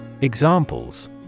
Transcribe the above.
Examples